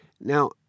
Now